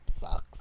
sucks